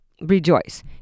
rejoice